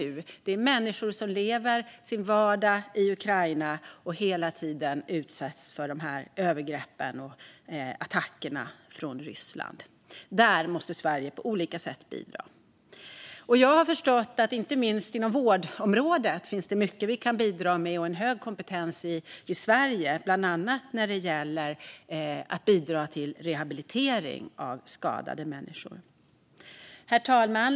Det handlar om de människor som lever sin vardag i Ukraina och hela tiden utsätts för dessa övergrepp och attacker från Ryssland. Där måste Sverige på olika sätt bidra. Jag har förstått att det inom inte minst vårdområdet finns mycket vi kan bidra med. Det finns en hög kompetens i Sverige när det gäller bland annat rehabilitering av skadade människor. Herr talman!